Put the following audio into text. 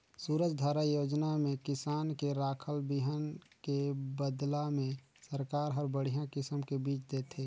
सूरजधारा योजना में किसान के राखल बिहन के बदला में सरकार हर बड़िहा किसम के बिज देथे